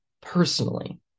personally